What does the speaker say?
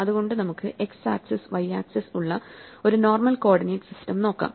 അതുകൊണ്ട് നമുക്ക് X axis y axis ഉള്ള ഒരു നോർമൽ കോഓർഡിനേറ്റ് സിസ്റ്റം നോക്കാം